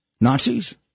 Nazis